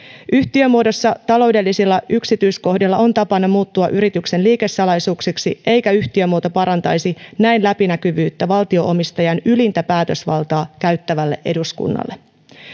yhtiömuodossa taloudellisilla yksityiskohdilla on tapana muuttua yrityksen liikesalaisuuksiksi eikä yhtiömuoto parantaisi näin läpinäkyvyyttä valtio omistajan ylintä päätösvaltaa käyttävälle eduskunnalle